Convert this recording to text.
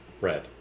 red